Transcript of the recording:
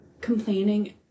complaining